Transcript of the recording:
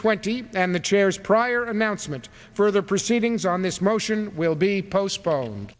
twenty and the chairs prior amounts meant further proceedings on this motion will be postponed